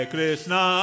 Krishna